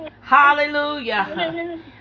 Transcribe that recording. Hallelujah